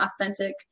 authentic